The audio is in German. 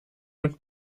mit